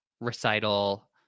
recital